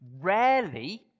Rarely